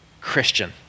Christian